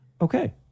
Okay